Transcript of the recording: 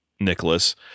Nicholas